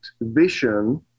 vision